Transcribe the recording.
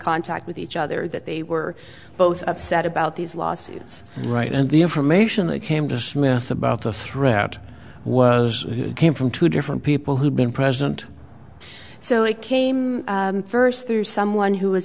contact with each other that they were both upset about these lawsuits right and the information that came to smith about the threat was came from two different people who'd been present so it came first through someone who was